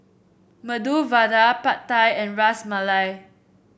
Medu Vada Pad Thai and Ras Malai